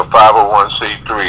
501c3